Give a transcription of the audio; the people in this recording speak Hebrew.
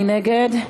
מי נגד?